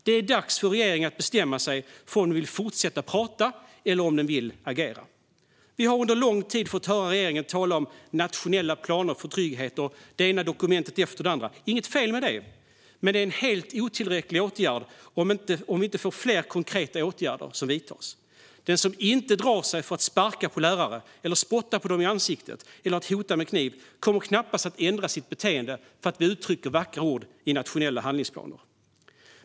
Det är dags för regeringen att bestämma sig för om den vill fortsätta tala eller om den vill agera. Vi har under lång tid hört regeringen tala om nationella planer för trygghet och det ena dokumentet efter det andra. Det är inget fel med det, men det är helt otillräckligt om inte fler konkreta åtgärder vidtas. Den som inte drar sig för att sparka på lärare, spotta dem i ansiktet eller hota med kniv kommer knappast att ändra sitt beteende för att vi uttrycker vackra ord i nationella handlingsplaner.